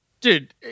Dude